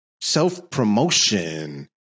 self-promotion